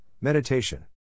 meditation